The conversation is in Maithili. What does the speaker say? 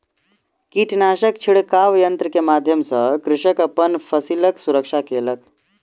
कीटनाशक छिड़काव यन्त्र के माध्यम सॅ कृषक अपन फसिलक सुरक्षा केलक